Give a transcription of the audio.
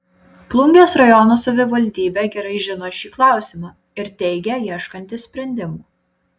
plungės rajono savivaldybė gerai žino šį klausimą ir teigia ieškanti sprendimų